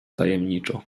tajemniczo